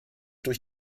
durch